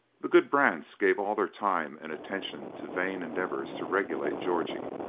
the good brants gave all their time and attention to vain endeavors to regulate georgie